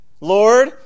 Lord